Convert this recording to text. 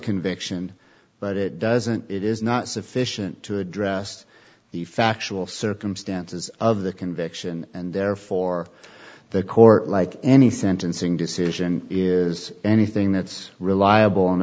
conviction but it doesn't it is not sufficient to address the factual circumstances of the conviction and therefore the court like any sentencing decision is anything that's reliable and